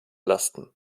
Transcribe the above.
lasten